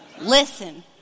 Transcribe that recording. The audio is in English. Listen